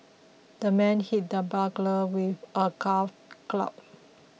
the man hit the burglar with a golf club